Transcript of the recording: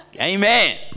Amen